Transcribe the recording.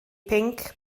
pinc